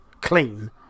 clean